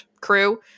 crew